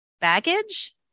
baggage